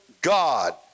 God